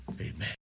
Amen